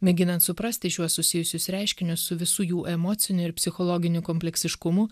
mėginant suprasti šiuos susijusius reiškinius su visu jų emociniu ir psichologiniu kompleksiškumu